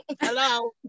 hello